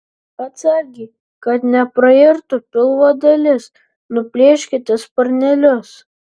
atsargiai kad neprairtų pilvo dalis nuplėškite sparnelius